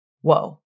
whoa